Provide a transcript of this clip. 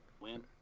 Win